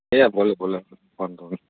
એ ભલે ભલે વાંધો નહીં